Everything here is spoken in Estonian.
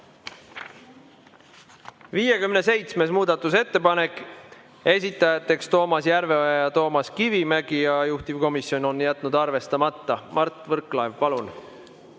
57. muudatusettepanek, esitajad Toomas Järveoja ja Toomas Kivimägi, juhtivkomisjon on jätnud selle arvestamata. Mart Võrklaev, palun!